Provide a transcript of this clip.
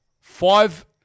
five